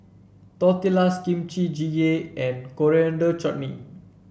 tortillas Kimchi Jjigae and Coriander Chutney